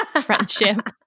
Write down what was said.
friendship